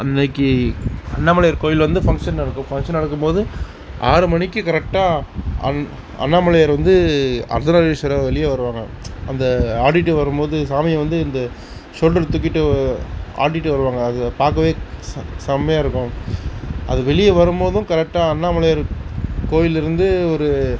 அன்றைக்கி அண்ணாமலையார் கோயில் வந்து ஃபங்சன் நடக்கும் ஃபங்சன் நடக்கும்போது ஆறு மணிக்கு கரெட்டாக அண்ணாமலையார் வந்து அர்த்தநாதீஸ்வரராக வெளியே வருவாங்க அந்த ஆடிகிட்டு வரும்போது சாமி வந்து இந்த ஷோல்டரில் தூக்கிகிட்டு ஆடிகிட்டு வருவாங்க அது பார்க்கவே ச செமையாருக்கும் அது வெளியே வரும்போதும் கரெட்டாக அண்ணாமலையார் கோயிலிருந்து ஒரு